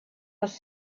was